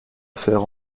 affaire